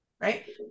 right